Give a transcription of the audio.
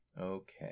okay